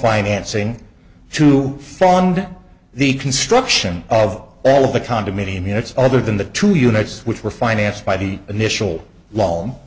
financing to fund the construction of all of the condominium units other than the two units which were financed by the initial lall